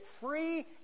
free